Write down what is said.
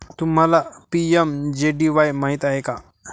तुम्हाला पी.एम.जे.डी.वाई माहित आहे का?